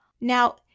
Now